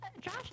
Josh